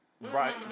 Right